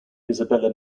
isabella